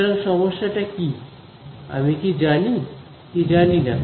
সুতরাং সমস্যাটা কি আমি কি জানি কি জানি না